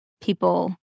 people